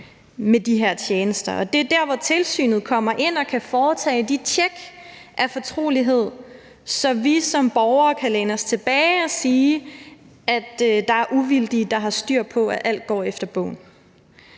med de her tjenester. Det er der, hvor tilsynet kommer ind og kan foretage de tjek i fortrolighed, så vi som borgere kan læne os tilbage og sige, at der er uvildige, der har styr på, at alt går efter bogen.